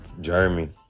Jeremy